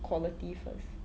quality first